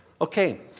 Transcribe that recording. Okay